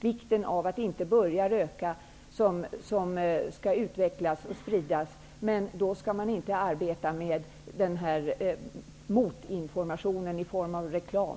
vikten av att inte börja röka utvecklas och sprids. Men då skall man inte arbeta med motinformation i form av reklam.